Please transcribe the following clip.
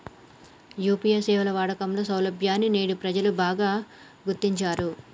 UPI సేవల వాడకంలో సౌలభ్యాన్ని నేడు ప్రజలు బాగా గుర్తించారు